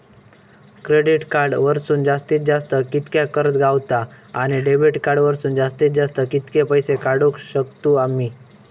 Credit card वरसून जास्तीत जास्त कितक्या कर्ज गावता, आणि डेबिट कार्ड वरसून जास्तीत जास्त कितके पैसे काढुक शकतू आम्ही?